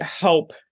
help